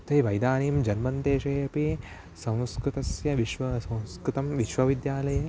तथैव इदानीं जर्मन् देशे अपि संस्कृतस्य विश्वं संस्कृतं विश्वविद्यालये